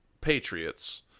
Patriots